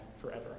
forever